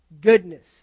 goodness